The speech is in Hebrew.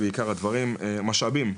משאבים,